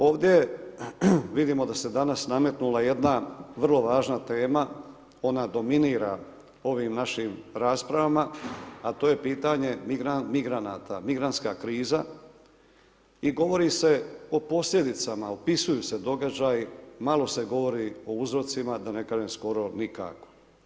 Ovdje vidimo da se danas nametnula jedna vrlo važna tema, ona dominira ovim našim raspravama, a to je pitanje migranata, migrantska kriza i govori se o posljedicama, opisuju se događaji, malo se govori o uzrocima, da ne kažem skoro nikako.